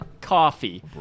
coffee